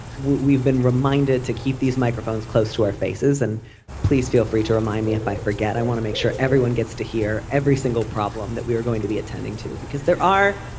we've been reminded to keep these microphones close to our faces and please feel free to remind me if i forget i want to make sure everyone gets to hear every single problem that we are going to be attending to because there are.